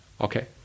Okay